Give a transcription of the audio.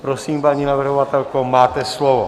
Prosím, paní navrhovatelko, máte slovo.